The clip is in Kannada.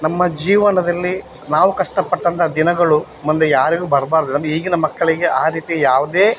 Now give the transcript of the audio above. ನಮ್ಮ ಜೀವನದಲ್ಲಿ ನಾವು ಕಷ್ಟಪಟ್ಟಂಥ ದಿನಗಳು ಮುಂದೆ ಯಾರಿಗೂ ಬರಬಾರ್ದು ಅಂದರೆ ಈಗಿನ ಮಕ್ಕಳಿಗೆ ಆ ರೀತಿ ಯಾವುದೇ